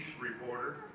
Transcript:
Reporter